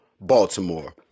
Baltimore